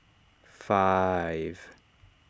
five